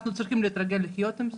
אנחנו צריכים להתרגל לחיות עם זה,